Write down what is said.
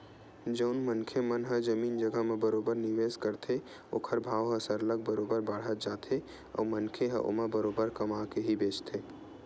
जउन मनखे मन ह जमीन जघा म बरोबर निवेस करथे ओखर भाव ह सरलग बरोबर बाड़त जाथे अउ मनखे ह ओमा बरोबर कमा के ही बेंचथे